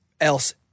else